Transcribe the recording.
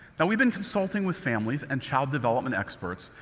but we've been consulting with families and child development experts,